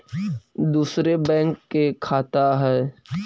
दुसरे बैंक के खाता हैं?